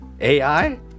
AI